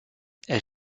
est